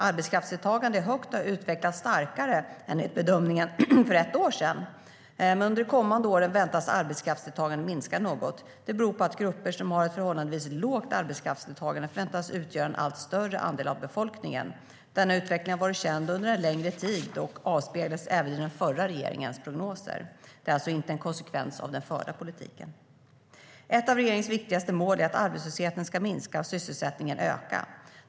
Arbetskraftsdeltagandet är högt och har utvecklats starkare än enligt bedömningen för ett år sedan, men under de kommande åren väntas arbetskraftsdeltagandet minska något. Det beror på att grupper som har ett förhållandevis lågt arbetskraftsdeltagande förväntas utgöra en allt större andel av befolkningen. Denna utveckling har varit känd under en längre tid och avspeglades även i den förra regeringens prognoser. Detta är alltså inte en konsekvens av den förda politiken. Ett av regeringens viktigaste mål är att arbetslösheten ska minska och sysselsättningen öka.